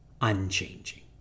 unchanging